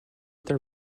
their